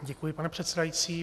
Děkuji, pane předsedající.